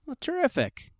Terrific